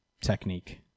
technique